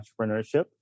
entrepreneurship